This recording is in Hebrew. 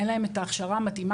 אין להם את ההכשרה המתאימה.